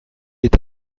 est